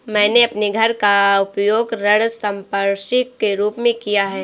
मैंने अपने घर का उपयोग ऋण संपार्श्विक के रूप में किया है